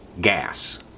Gas